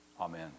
Amen